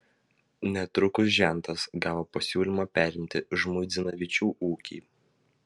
netrukus žentas gavo pasiūlymą perimti žmuidzinavičių ūkį